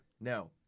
No